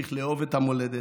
נמשיך לאהוב את המולדת,